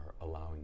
allowing